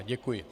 Děkuji.